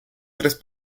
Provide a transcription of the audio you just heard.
tres